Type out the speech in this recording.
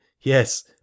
yes